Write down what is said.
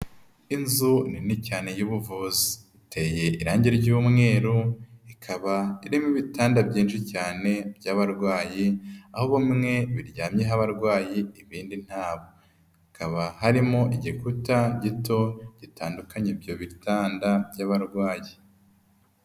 Inzu nini cyane y'ubuvuzi iteye irangi ry'umweru ikaba irimo ibitanda byinshi cyane by'abarwayi aho bamwe biryamyeho abarwayi ibindi ntabo. Hakaba harimo igikuta gito gitandukanye ibyo bitanda by'abarwayi.